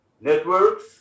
networks